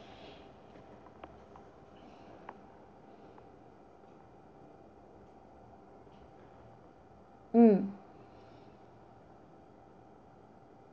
mm